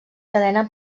cadena